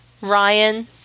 Ryan